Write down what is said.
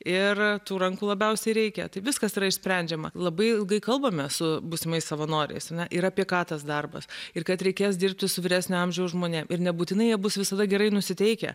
ir tų rankų labiausiai reikia tai viskas yra išsprendžiama labai ilgai kalbame su būsimais savanoriais ir apie ką tas darbas ir kad reikės dirbti su vyresnio amžiaus žmonėm ir nebūtinai jie bus visada gerai nusiteikę